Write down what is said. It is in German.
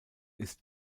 ist